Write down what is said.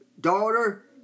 daughter